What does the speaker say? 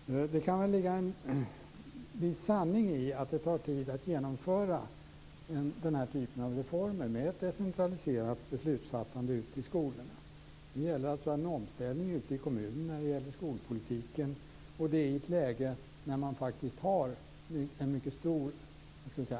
Fru talman! Det kan väl ligga en viss sanning i att det tar tid att genomföra den här typen av reformer med ett decentraliserat beslutsfattande ute i kommunerna. Det handlar alltså om en omställning ute i skolorna när det gäller skolpolitiken; detta i ett läge med en mycket stor